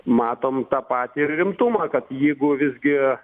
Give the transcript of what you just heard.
matom tą patį ir rimtumą kad jeigu visgi